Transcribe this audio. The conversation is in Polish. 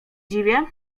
dziwię